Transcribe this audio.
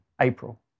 April